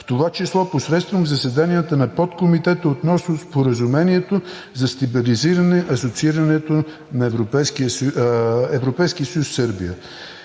в това число посредством заседанията на Подкомитета относно Споразумението за стабилизиране асоциирането на Европейския съюз – Сърбия